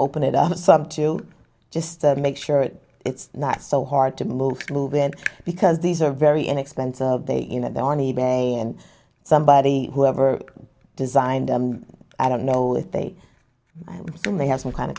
open it up some to just make sure it's not so hard to move move in because these are very inexpensive and somebody who ever designed i don't know if they do they have some kind of